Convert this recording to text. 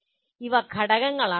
ഇവ ഘടകങ്ങളാണ്